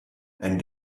and